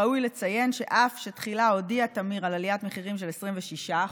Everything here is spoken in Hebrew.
ראוי לציין שאף שתחילה הודיע תמיר על עליית מחירים של 26%,